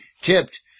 tipped